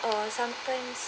or sometimes